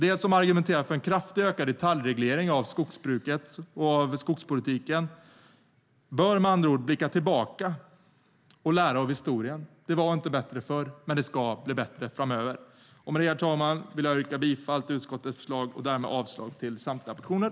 De som argumenterar för en kraftigt ökad detaljreglering av skogsbruket och skogspolitiken bör med andra ord blicka tillbaka och lära av historien: Det var inte bättre förr, men det ska bli bättre framöver. Med det, herr talman, vill jag yrka bifall till utskottets förslag och därmed avslag på samtliga motioner.